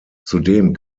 zudem